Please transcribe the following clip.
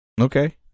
okay